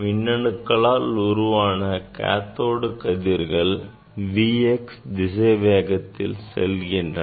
மின் அணுக்களால் உருவான காத்தோடு கதிர்கள் Vx திசை வேகத்தில் செல்கின்றன